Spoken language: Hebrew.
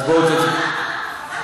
אז בואו, לא, לא.